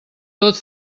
tot